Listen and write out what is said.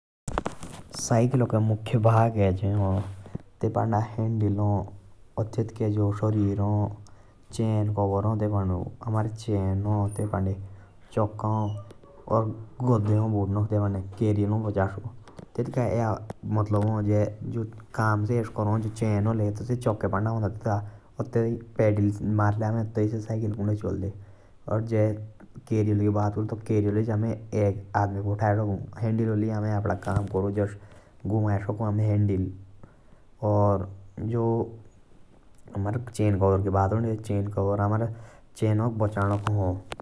साइकिल के मुख्य भाग आ हा। तेतु पाण्डा हंडिल हा। तेटका शरीर हा। चाओ कव्हर हा। चक्का हा। कारियल हा। गड्डे हा।